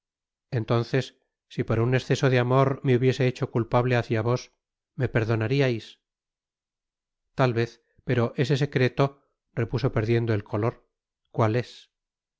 entonces si por un esceso de amor me hubiese hecho culpable hácia vos me perdonariais tal vez pero ese secreto repuso perdiendo el color cuál es